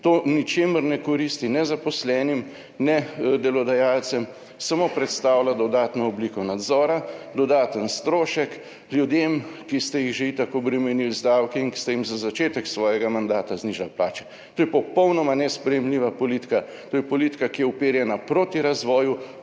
To v ničemer ne koristi ne zaposlenim ne delodajalcem, samo predstavlja dodatno obliko nadzora, dodaten strošek ljudem, ki ste jih že itak obremenili z davki in ki ste jim za začetek svojega mandata znižali plače. To je popolnoma nesprejemljiva politika! To je politika, ki je uperjena proti razvoju,